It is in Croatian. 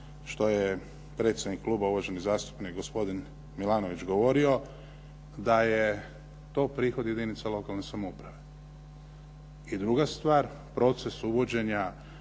što je predsjednik kluba, uvaženi zastupnik gospodin Milanović, govorio da je to prihod jedinica lokalne samouprave. I druga stvar, proces uvođenja